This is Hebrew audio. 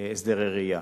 להסדרי ראייה.